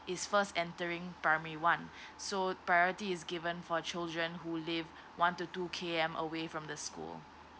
is first entering primary one so priority is given for children who live one to two K_M away from the school